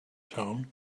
tone